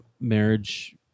marriage